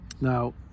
Now